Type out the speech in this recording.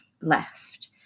left